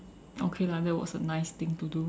okay lah that was a nice thing to do